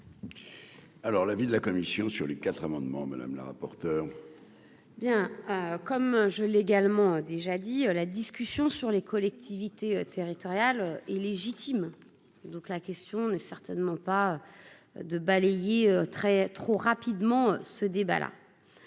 Alors l'avis de la commission sur les quatre amendements madame la rapporteure. Bien, comme je l'ai également déjà dit la discussion sur les collectivités territoriales et légitime, donc la question n'est certainement pas de balayer très trop rapidement ce débat là,